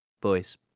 boys